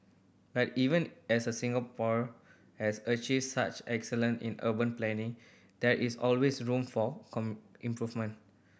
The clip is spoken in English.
but even as a Singapore has achieved such excellence in urban planning there is always room for improvement